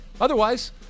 Otherwise